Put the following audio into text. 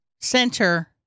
center